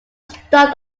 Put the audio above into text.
start